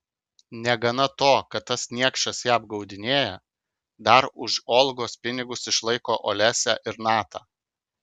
negana to kad tas niekšas ją apgaudinėja dar už olgos pinigus išlaiko olesią ir natą